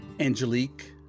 Angelique